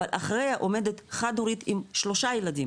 אבל אחריה עומדת חד הורית עם שלושה ילדים